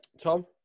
Tom